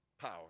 power